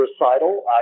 recital